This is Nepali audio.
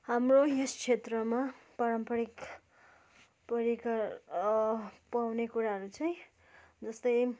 हाम्रो यस क्षेत्रमा पारम्परिक परिकार पाउने कुराहरू चाहिँ जस्तै